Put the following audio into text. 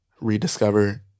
rediscover